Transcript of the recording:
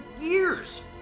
years